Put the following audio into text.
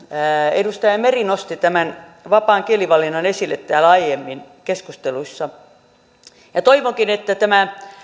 edustaja meri joka nosti tämän vapaan kielivalinnan esille täällä aiemmin keskusteluissa toivonkin että tämä